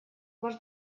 ваш